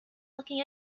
looking